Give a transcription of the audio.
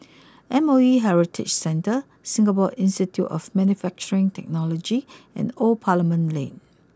M O E Heritage Centre Singapore Institute of Manufacturing Technology and Old Parliament Lane